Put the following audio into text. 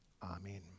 Amen